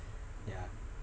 yeah